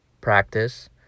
practice